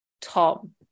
Tom